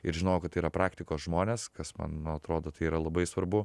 ir žinojau kad tai yra praktikos žmonės kas man man atrodo tai yra labai svarbu